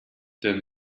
der